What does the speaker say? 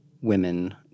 women